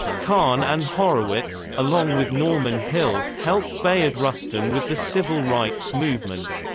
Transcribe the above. kahn and horowitz, along with norman hill, helped bayard rustin with the civil rights movement.